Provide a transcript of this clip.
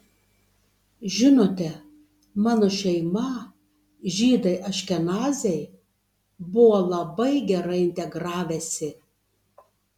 žinote mano šeima žydai aškenaziai buvo labai gerai integravęsi